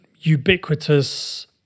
ubiquitous